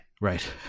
Right